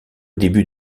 début